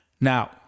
Now